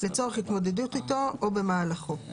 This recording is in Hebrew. לצורך התמודדות איתו או במהלכו.